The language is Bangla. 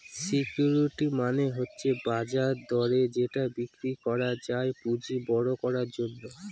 সিকিউরিটি মানে হচ্ছে বাজার দরে যেটা বিক্রি করা যায় পুঁজি বড়ো করার জন্য